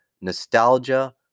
nostalgia